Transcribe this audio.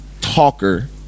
talker